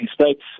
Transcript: states